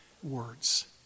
words